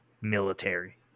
military